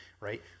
right